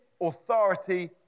authority